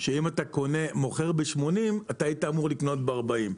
שאם אתה מוכר בשמונים שקלים אתה היית אמור לקנות בארבעים שקלים.